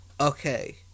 Okay